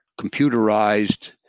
computerized